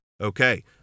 okay